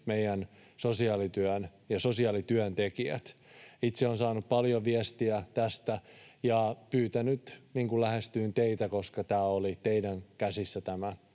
meidän sosiaalityön ja sosiaalityöntekijät. Itse olen saanut paljon viestiä tästä ja on pyydetty lähestymään teitä, koska tämä esitys oli teidän käsissänne.